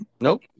Nope